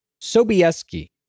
Sobieski